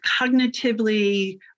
cognitively